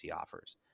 offers